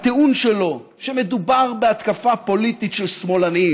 הטיעון שלו שמדובר בהתקפה פוליטית של שמאלנים